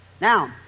Now